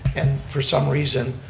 and for some reason,